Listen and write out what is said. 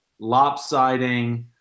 lopsiding